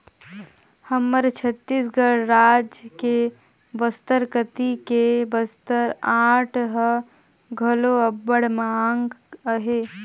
हमर छत्तीसगढ़ राज के बस्तर कती के बस्तर आर्ट ह घलो अब्बड़ मांग अहे